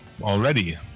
Already